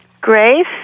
Grace